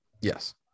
Yes